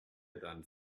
tants